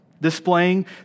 displaying